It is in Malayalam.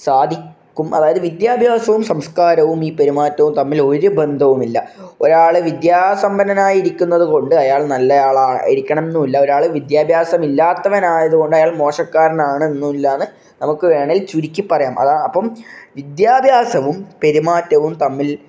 സാധിക്കും അതായാത് വിദ്യാഭ്യാസവും സംസ്കാരവും ഈ പെരുമാറ്റവും തമ്മില് ഒരു ബന്ധവും ഇല്ല ഒരാൾ വിദ്യാസമ്പന്നനായി ഇരിക്കുന്നത് കൊണ്ട് അയാൾ നല്ല ആളായിരിക്കണം എന്നുമില്ല ഒരാള് വിദ്യാഭ്യാസം ഇല്ലാത്തവനായത് കൊണ്ട് മോശക്കരനാകണം എന്നുമില്ല എന്ന് നമുക്ക് വേണമെങ്കിൽ ചുരുക്കി പറയാം അതാണ് അപ്പം വിദ്യാഭ്യാസവും പെരുമാറ്റവും തമ്മില്